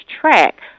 track